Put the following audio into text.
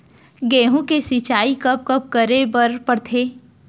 गेहूँ के सिंचाई कब कब करे बर पड़थे?